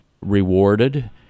rewarded